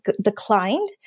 declined